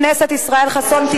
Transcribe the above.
חבר הכנסת ישראל חסון,